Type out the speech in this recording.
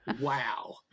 Wow